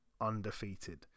undefeated